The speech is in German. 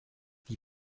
die